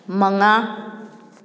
ꯃꯉꯥ